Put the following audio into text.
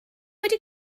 wedi